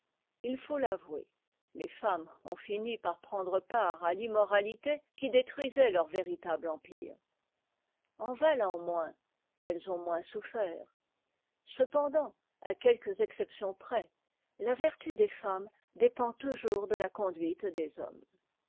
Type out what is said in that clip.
h faut l'avouer les femmes ont fini par prendre part à l'immoralité qui détruisait leur véritable empire en valant moins elles ont moins souffert cependant à quelques exceptions près la vertu des femmes dépend toujours de la conduite des hommes